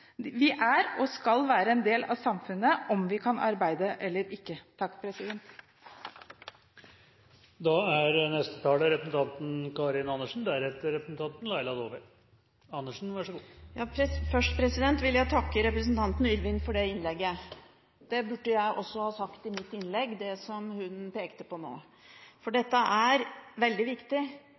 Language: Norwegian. Vi er – og skal være – en del av samfunnet, om vi kan arbeide eller ikke. Først vil jeg takke representanten Yrvin for det innlegget. Jeg burde også ha sagt noe i mitt innlegg om det som hun pekte på nå, for dette er veldig viktig.